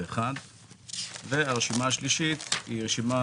19101021. הרשימה השלישית שבה אנחנו דנים כעת היא רשימה